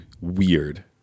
weird